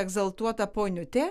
egzaltuota poniutė